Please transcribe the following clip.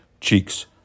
cheeks